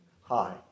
Hi